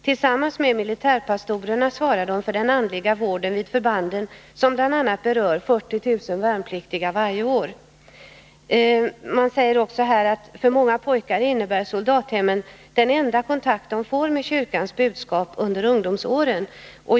Tillsammans med militärpastorerna svarar de för den andliga vården vid förbanden, som bl.a. berör 40 000 värnpliktiga varje år.” Man säger också att för många pojkar innebär soldathemmen den enda kontakt de får med kyrkans budskap under ungdomsåren.